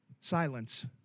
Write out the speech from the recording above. silence